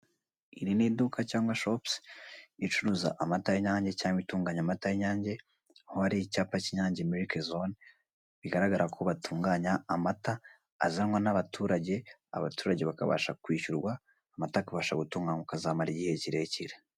Iri ni iduka cyangwa shopusi ricuruza amata y'inyange cyangwa itunganya amata y'inyange, aho hari icyapa cy'inyange milike zone, bigaragara ko batunganya amata azanwa n'abaturage , abaturage bakabasha kwishyurwa, amata akabasha gutunganywa akazamara igihe kirekire.